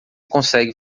consegue